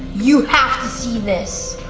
you have to see this.